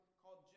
called